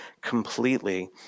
completely